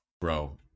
Bro